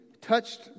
touched